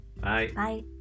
Bye